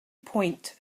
point